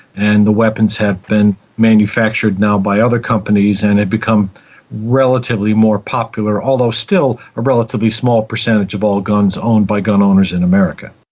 and the weapons have been manufactured now by other companies and they've become relatively more popular, although still a relatively small percentage of all guns owned by gun owners in america.